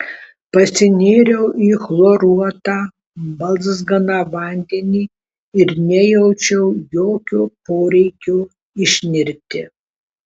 pasinėriau į chloruotą balzganą vandenį ir nejaučiau jokio poreikio išnirti